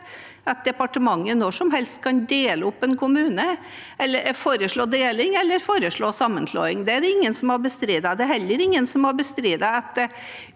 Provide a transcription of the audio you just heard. at departementet når som helst kan dele opp en kommune, foreslå deling eller foreslå sammenslåing. Det er det ingen som har bestridd.